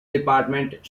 department